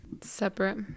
Separate